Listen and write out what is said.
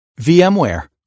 VMware